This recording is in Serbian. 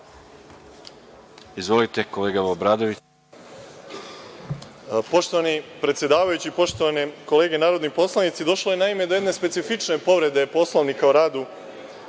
**Boško Obradović** Poštovani predsedavajući, poštovane kolege narodni poslanici, došlo je, naime, do jedne specifične povrede Poslovnika o radu